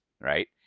Right